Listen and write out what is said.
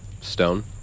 Stone